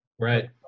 Right